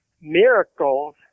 miracles